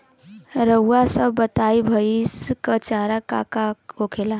रउआ सभ बताई भईस क चारा का का होखेला?